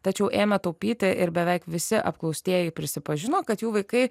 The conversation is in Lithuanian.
tačiau ėmė taupyti ir beveik visi apklaustieji prisipažino kad jų vaikai